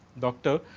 doctor.